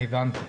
הבנתי.